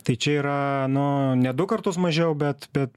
tai čia yra nu ne du kartus mažiau bet bet